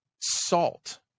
salt